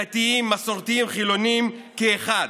דתיים, מסורתיים, חילונים כאחד,